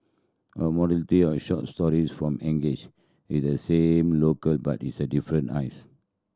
a motley of short stories that engages with the same locale but with different eyes